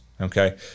Okay